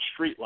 streetlight